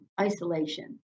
isolation